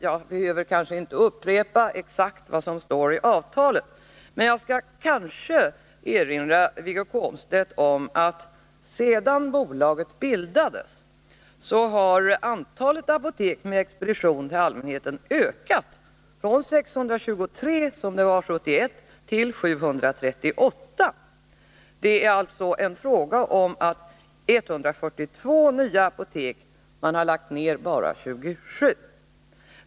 Jag behöver kanske inte upprepa exakt vad som står i avtalet. Men jag skall kanske erinra Wiggo Komstedt om att sedan bolaget bildades har antalet apotek med expedition till allmänheten ökat från 623, som det var 1971, till 738. Det är alltså fråga om 142 nya apotek — man har lagt ner bara 27.